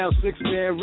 six-man